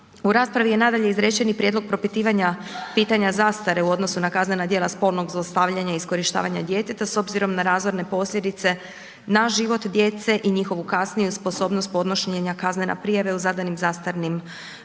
U raspravi je nadalje izrečen i prijedlog propitivanja pitanja zastare u odnosu na kaznena djela spolnog zlostavljanja i iskorištavanje djeteta s obzirom na razorne posljedice na život djece i njihovu kasniju sposobnost podnošenja kaznene prijave u zadanim zastarnim rokovima.